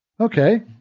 Okay